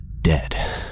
Dead